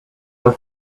her